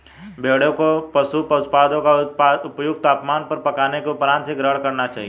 भेड़ को पशु उत्पादों को उपयुक्त तापमान पर पकाने के उपरांत ही ग्रहण करना चाहिए